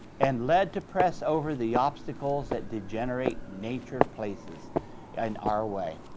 and led to press over the obstacles that degenerate nature places in our way.